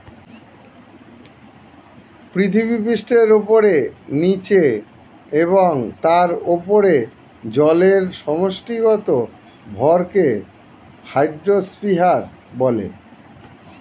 পৃথিবীপৃষ্ঠের উপরে, নীচে এবং তার উপরে জলের সমষ্টিগত ভরকে হাইড্রোস্ফিয়ার বলে